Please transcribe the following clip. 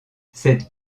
cette